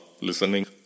listening